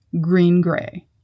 green-gray